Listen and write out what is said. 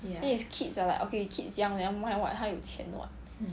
then his kids are like okay kids young never mind [what] 他有钱 [what]